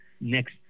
next